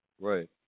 right